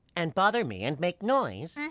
and bother me and make noise?